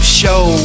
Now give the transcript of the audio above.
show